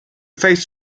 face